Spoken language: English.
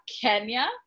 Kenya